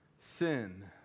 sin